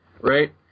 right